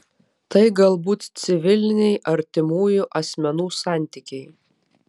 tai galbūt civiliniai artimų asmenų santykiai